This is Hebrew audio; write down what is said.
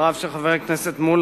דבריו של חבר הכנסת מולה,